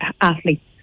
athletes